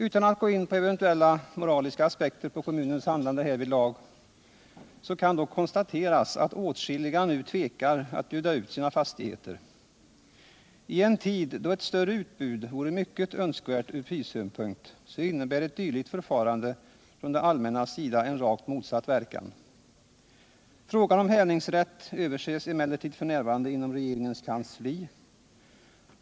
Utan att gå in på eventuella moraliska aspekter på kommunens handlande härvidlag, kan dock konstateras att åtskilliga nu tvekar att bjuda ut sina fastigheter. I en tid då ett större utbud vore mycket önskvärt ur prissynpunkt, får ett dylikt förfarande från det allmännas sida en rakt motsatt verkan. Frågan om hävningsrätt överses emellertid f. n. inom regeringens kansli.